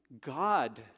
God